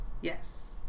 Yes